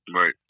Right